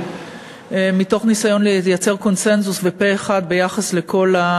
מתוך ניסיון לייצר קונסנזוס ופה-אחד ביחס לכל,